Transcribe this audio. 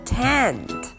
tent